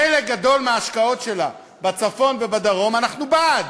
חלק גדול מההשקעות שלה בצפון ובדרום, אנחנו בעד,